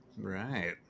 Right